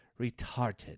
retarded